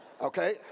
okay